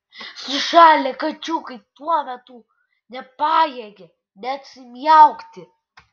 sušalę kačiukai tuo metu nepajėgė net sumiaukti